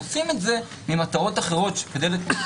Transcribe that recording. אנחנו עושים את זה ממטרות אחרות לחלוטין.